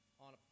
on